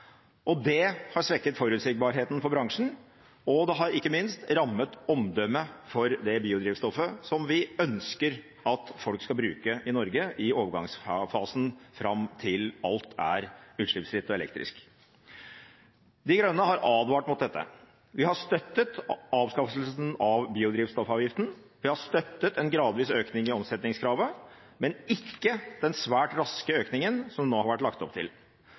Det har svekket forutsigbarheten for bransjen, og det har ikke minst rammet omdømmet for det biodrivstoffet som vi ønsker at folk skal bruke i Norge i overgangsfasen fram til alt er utslippsfritt og elektrisk. De Grønne har advart mot dette. Vi har støttet avskaffelsen av biodrivstoffavgiften. Vi har støttet en gradvis økning i omsetningskravet, men ikke den svært raske økningen som det nå har vært lagt opp til.